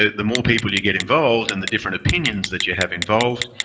ah the more people you get involved and the different opinions that you have involved,